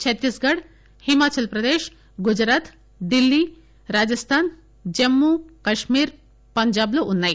ఛత్తీస్ ఘడ్ హిమాచల్ ప్రదేశ్ గుజరాత్ ఢిల్లీ రాజస్థాన్ జమ్మో కశ్మీర్ పంజాబ్ లు ఉన్నాయి